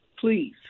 please